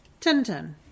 Tintin